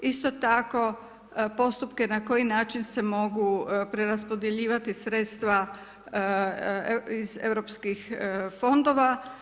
Isto tako postupke na koji način se mogu preraspodjeljivati sredstva iz europskih fondova.